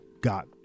got